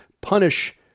punish